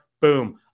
Boom